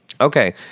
Okay